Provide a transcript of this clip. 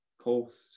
coast